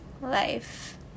life